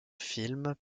film